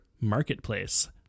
marketplace